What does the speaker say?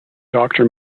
doctor